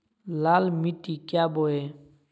लाल मिट्टी क्या बोए?